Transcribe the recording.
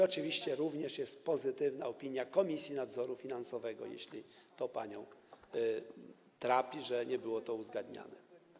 Oczywiście również jest pozytywna opinia Komisji Nadzoru Finansowego, jeśli panią trapi, że nie było to uzgadniane.